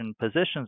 positions